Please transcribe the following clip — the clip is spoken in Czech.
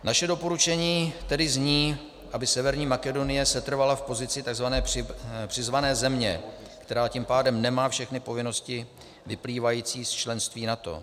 Naše doporučení tedy zní, aby Severní Makedonie setrvala v pozici takzvané přizvané země, která tím pádem nemá všechny povinnosti vyplývající z členství v NATO.